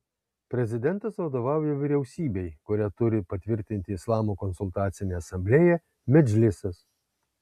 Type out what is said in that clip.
prezidentas vadovauja vyriausybei kurią turi patvirtinti islamo konsultacinė asamblėja medžlisas